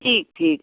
ठीक ठीक